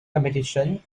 competition